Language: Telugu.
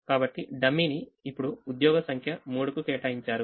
కాబట్టి డమ్మీని ఇప్పుడు ఉద్యోగ సంఖ్య మూడుకు కేటాయించారు